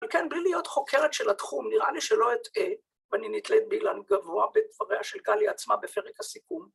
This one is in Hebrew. ‫וכן, בלי להיות חוקרת של התחום, ‫נראה לי שלא אטעה, ‫ואני נתלית את באילן גבוה, ‫בדבריה של קלי עצמה בפרק הסיכום.